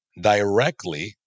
directly